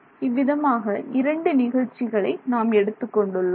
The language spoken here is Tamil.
இவ்விதமாக 2 நிகழ்ச்சிகளை நாம் எடுத்துக் கொண்டுள்ளோம்